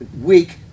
week